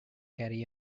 carry